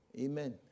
Amen